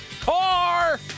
car